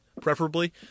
preferably